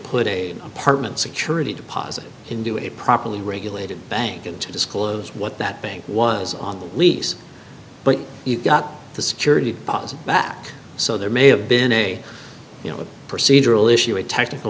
put a apartment security deposit in do it properly regulated bank and to disclose what that bank was on the lease but you got the security policy back so there may have been a you know a procedural issue a technical